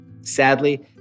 Sadly